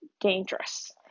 dangerous